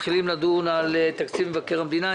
לפני שאנחנו מתחילים לדון על תקציב מבקר המדינה,